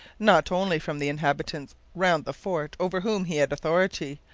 not only from the inhabitants round the fort over whom he had authority,